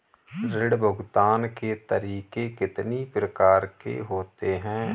ऋण भुगतान के तरीके कितनी प्रकार के होते हैं?